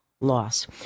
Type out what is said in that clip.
Loss